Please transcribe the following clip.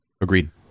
Agreed